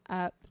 up